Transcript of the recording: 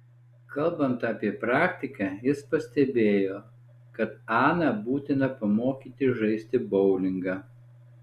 kalbant apie praktiką jis pastebėjo kad aną būtina pamokyti žaisti boulingą